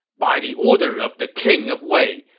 by the order of the king of wei,